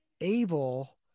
able